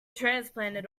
transplanted